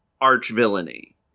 arch-villainy